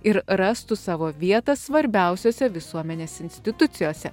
ir rastų savo vietą svarbiausiose visuomenės institucijose